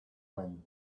when